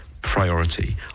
Priority